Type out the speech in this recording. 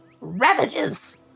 ravages